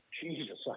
Jesus